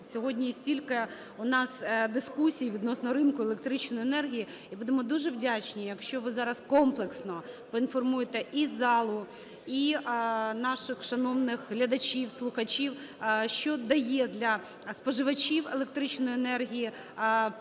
сьогодні стільки у нас дискусій відносно ринку електричної енергії, і будемо дуже вдячні, якщо ви зараз комплексно поінформуєте і залу, і наших шановних глядачів, слухачів, що дає для споживачів електричної енергії прийняття